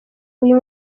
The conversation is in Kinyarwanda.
uyu